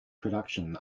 production